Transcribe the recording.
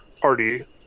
party